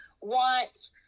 want